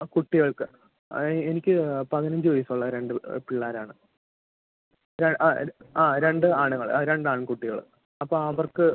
ആ കുട്ടികൾക്ക് എനിക്ക് പതിനഞ്ച് വയസുള്ള രണ്ട് പിള്ളേരാണ് ആ രണ്ട് ആണുങ്ങൾ രണ്ട് ആൺകുട്ടികൾ അപ്പോൾ അവർക്ക്